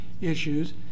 issues